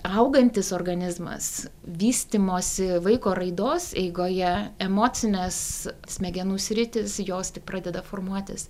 augantis organizmas vystymosi vaiko raidos eigoje emocinės smegenų sritys jos tik pradeda formuotis